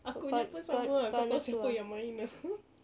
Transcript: aku punya pun sama ah kau tahu siapa yang main lah